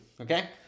okay